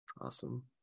Awesome